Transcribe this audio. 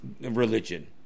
religion